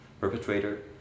perpetrator